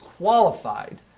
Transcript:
qualified